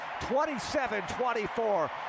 27-24